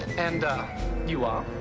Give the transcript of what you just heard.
and you are?